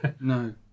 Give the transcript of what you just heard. No